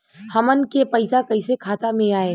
हमन के पईसा कइसे खाता में आय?